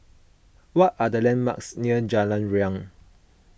what are the landmarks near Jalan Riang